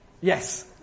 Yes